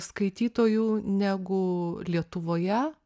skaitytojų negu lietuvoje